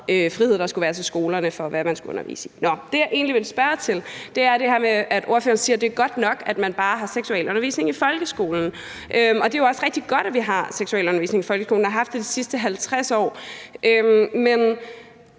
frihed der skulle være til skolerne om, hvad man skulle undervise i. Det, jeg egentlig vil spørge til, er det her med, at ordføreren siger, at det er godt nok, at man bare har seksualundervisning folkeskolen. Det er jo også rigtig godt, at vi har seksualundervisning i folkeskolen og har haft det de sidste 50 år. Men